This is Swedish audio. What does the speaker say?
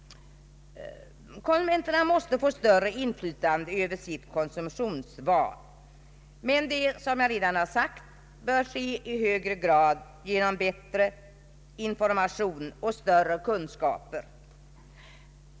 Konsumenterna måste få större inflytande över sitt konsumtionsval. Det bör ske genom bättre information och större kunskaper.